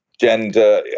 gender